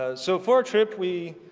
ah so for our trip we,